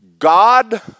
God